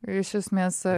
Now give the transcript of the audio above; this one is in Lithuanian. iš esmės